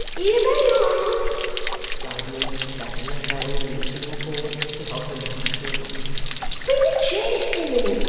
here they are cried miggs, clapping her hands, and issuing forth to help her mistress to alight. bring a chair, simmun.